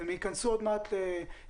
הם ייכנסו עוד מעט ללימודים.